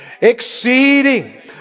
Exceeding